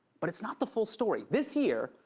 but it's not the full story. this year,